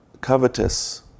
covetous